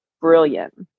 brilliant